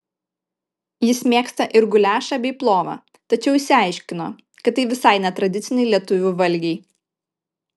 jis mėgsta ir guliašą bei plovą tačiau išsiaiškino kad tai visai ne tradiciniai lietuvių valgiai